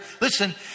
listen